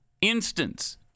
instance